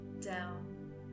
down